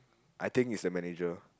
I think is the manager